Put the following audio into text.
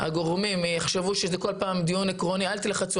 שהגורמים יחשבו שזה כל פעם דיון עקרוני ושאומרים להם לא להילחץ,